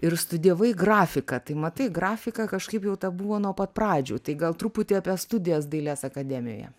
ir studijavai grafiką tai matai grafika kažkaip jau ta buvo nuo pat pradžių tai gal truputį apie studijas dailės akademijoje